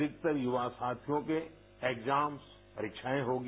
अधिकतर युवा साथियों के एग्जाम्स परिक्षाए होंगी